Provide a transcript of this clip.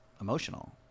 emotional